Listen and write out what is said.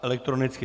Elektronicky.